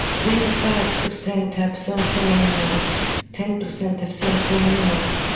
twenty five percent have so and so many months, ten percent have so and so many months,